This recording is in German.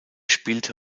spielte